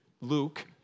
Luke